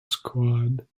squad